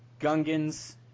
Gungans